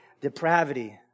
depravity